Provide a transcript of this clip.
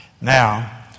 Now